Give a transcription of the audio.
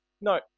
No